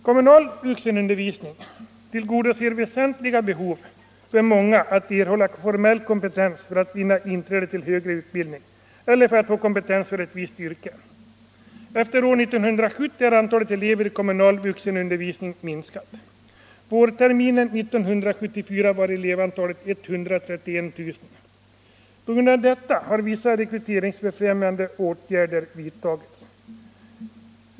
Kommunal vuxenundervisning tillgodoser väsentliga behov för många när det gäller att erhålla formell kompetens för att vinna inträde till högre studier eller få kompetens för ett visst yrke. Efter år 1970 har antalet elever i kommunal vuxenundervisning minskat. Vårterminen 1974 var elevantalet 131 000. På grund av detta har vissa rekryteringsfrämjande åtgärder vidtagits.